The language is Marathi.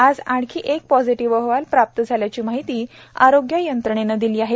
आज आणखी एक पॉझिटिव्ह अहवाल प्राप्त झाल्याची माहिती आरोग्य यंत्रणेने दिली आहेत